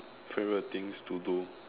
favorite things to do